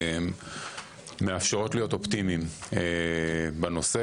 מאפשרות להיות אופטימיים בנושא.